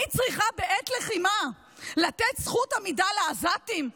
אני צריכה בעת לחימה לתת זכות עמידה לעזתים?